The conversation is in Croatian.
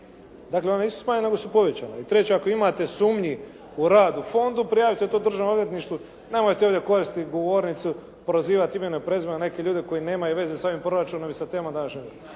Dakle, ona nisu smanjena nego su povećana. I treća, ako imate sumnji u rad u fondu prijavite to državnom odvjetništvu. Nemojte ovdje koristiti govornicu prozivati imenom i prezimenom neke ljude koji nemaju veze sa ovim proračunom i sa temama današnje